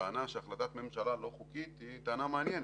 והטענה שהחלטת ממשלה לא חוקית היא טענה מעניינת.